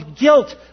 guilt